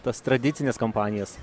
tas tradicines kompanijas